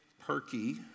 Perky